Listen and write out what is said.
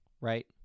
right